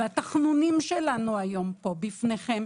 והתחנונים שלנו היום פה בפניכם,